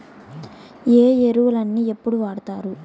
ఏ ఎరువులని ఎప్పుడు వాడుతారు?